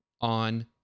on